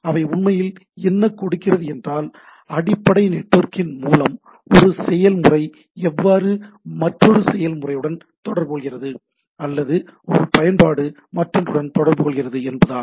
அவை உண்மையில் என்ன கொடுக்கிறது என்றால் அடிப்படை நெட்வொர்க்கின் மூலம் ஒரு செயல்முறை எவ்வாறு மற்றொரு செயல்முறையுடன் தொடர்பு கொள்கிறது அல்லது ஒரு பயன்பாடு மற்றொன்றுடன் தொடர்பு கொள்கிறது என்பதாகும்